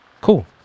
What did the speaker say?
cool